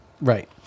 Right